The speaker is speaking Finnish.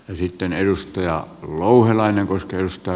ja sitten edustaja louhelainen kesänä